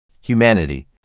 humanity